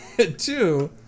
Two